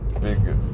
big